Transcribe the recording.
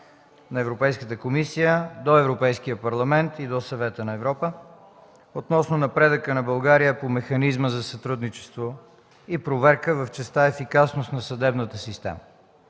на Европейската комисия до Европейския парламент и до Съвета на Европа относно напредъка на България по механизма за сътрудничество и проверка в частта ефикасност на съдебната система,